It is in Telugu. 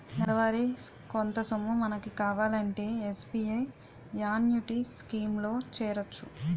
నెలవారీ కొంత సొమ్ము మనకు కావాలంటే ఎస్.బి.ఐ యాన్యుటీ స్కీం లో చేరొచ్చు